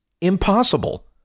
impossible